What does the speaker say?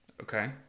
Okay